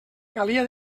calia